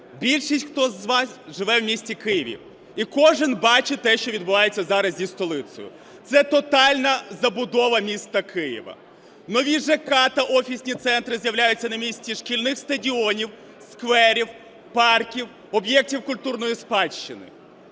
Більшість, хто з вас живе в місті Києві, кожен бачить те, що відбувається зараз зі столицею – це тотальна забудова міста Києва, нові ЖК та офісні центри з'являються на місці шкільних стадіонів, скверів, парків, об'єктів культурної спадщини.